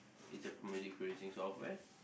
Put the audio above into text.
it's a music creating software